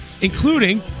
including